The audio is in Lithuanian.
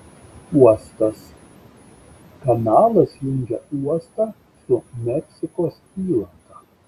uostas kanalas jungia uostą su meksikos įlanka